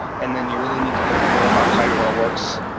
and then you really need to learn more about how your well works.